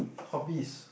hobbies